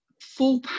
full